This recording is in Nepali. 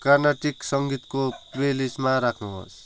कार्णाटिक सङ्गीतको प्लेलिस्टमा राख्नुहोस्